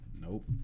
Nope